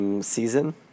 season